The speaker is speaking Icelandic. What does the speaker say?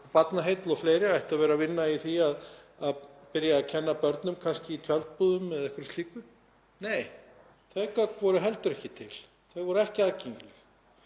Barnaheill og fleiri ættu að vinna í því að byrja að kenna börnum, kannski í tjaldbúðum eða einhverju slíku. Nei, þau gögn voru heldur ekki til. Þau voru ekki aðgengileg.